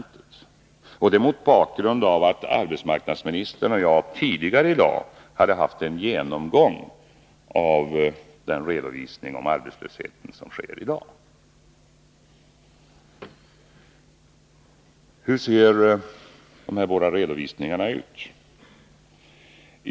Det gjorde jag mot bakgrund av att arbetsmarknadsministern och jag tidigare i dag har haft en genomgång av den redovisning av arbetslösheten som i dag sker. Hur ser då dessa båda redovisningar ut?